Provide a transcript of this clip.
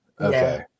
Okay